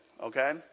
okay